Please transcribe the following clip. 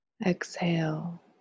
Exhale